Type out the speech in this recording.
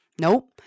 Nope